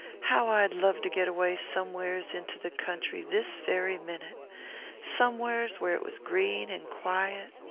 how i'd love to get away somewheres into the country this very minute somewheres where it was green and quiet.